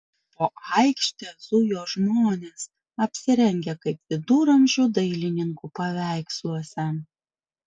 po aikštę zujo žmonės apsirengę kaip viduramžių dailininkų paveiksluose